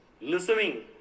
listening